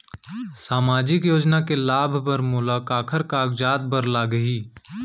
सामाजिक योजना के लाभ बर मोला काखर कागजात बर लागही?